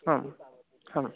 आम् आम्